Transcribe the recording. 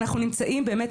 אנחנו נמצאים באמת,